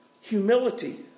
Humility